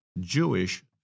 Jewish